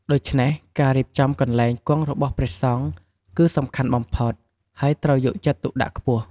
ដូច្នេះ ការរៀបចំកន្លែងគង់របស់ព្រះសង្ឃ គឺសំខាន់បំផុត ហើយត្រូវយកចិត្តទុកដាក់ខ្ពស់។